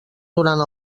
durant